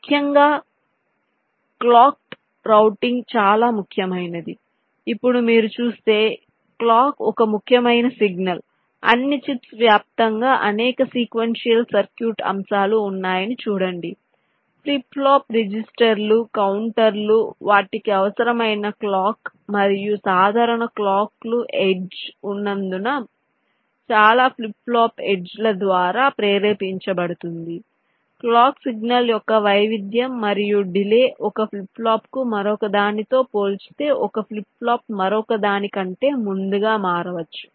ముఖ్యంగా clocked routing చాలా ముఖ్యమైనది ఇప్పుడు మీరు చూస్తే క్లాక్ ఒక ముఖ్యమైన సిగ్నల్ అన్ని చిప్స్ వ్యాప్తంగా అనేక సీక్వెన్షియల్ సర్క్యూట్ అంశాలు ఉన్నాయని చూడండి ఫ్లిప్ ఫ్లాప్ రిజిస్టర్లు కౌంటర్లు వాటికి అవసరమైన క్లాక్ మరియు సాధారణంగా క్లాక్ లు ఎడ్జ్ ఉన్నందున చాలా ఫ్లిప్ ఫ్లాప్ ఎడ్జ్ ల ద్వారా ప్రేరేపించబడుతుంది క్లాక్ సిగ్నల్ యొక్క వైవిధ్యం మరియు డిలే ఒక ఫ్లిప్ ఫ్లాప్కు మరొకదానితో పోల్చితే ఒక ఫ్లిప్ ఫ్లాప్ మరొకదాని కంటే ముందుగా మారవచ్చు